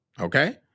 Okay